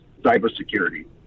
cybersecurity